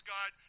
God